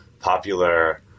popular